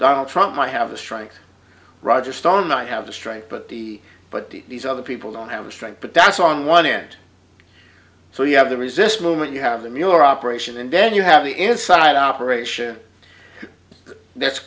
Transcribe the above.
donald trump i have the strike roger stone i have the strength but the but these other people don't have the strength but that's on one hand so you have the resist movement you have them your operation and then you have the inside operation that's